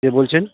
কে বলছেন